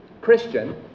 Christian